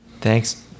Thanks